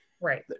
Right